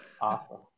Awesome